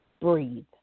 breathe